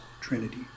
Trinity